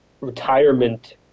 retirement